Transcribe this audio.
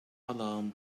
alarm